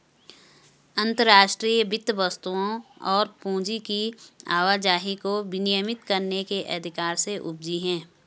अंतर्राष्ट्रीय वित्त वस्तुओं और पूंजी की आवाजाही को विनियमित करने के अधिकार से उपजी हैं